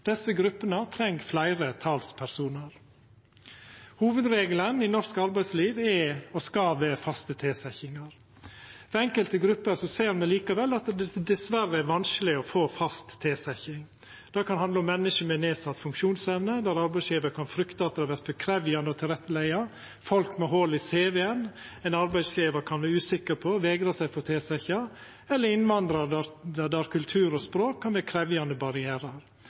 Desse gruppene treng fleire talspersonar. Hovudregelen i norsk arbeidsliv er og skal vera faste tilsetjingar. For enkelte grupper ser me likevel at det dessverre er vanskeleg å få fast tilsetjing. Det kan handla om menneske med nedsett funksjonsevne, der arbeidsgjevar kan frykta at det vert for krevjande å leggja til rette, folk med hòl i CV-en, der arbeidsgjevar kan vera usikker og vegra seg for å tilsetja, eller ein innvandrar, der kultur og språk kan vera krevjande